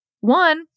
one